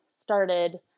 started